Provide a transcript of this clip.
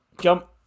Jump